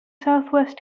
southwest